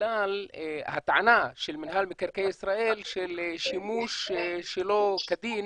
בגלל הטענה של מינהל מקרקעי ישראל של שימוש שלא כדין